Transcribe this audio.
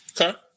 Okay